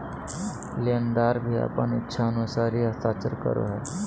लेनदार भी अपन इच्छानुसार ही हस्ताक्षर करा हइ